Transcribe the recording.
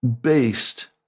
based